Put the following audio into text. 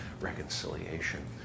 reconciliation